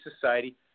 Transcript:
society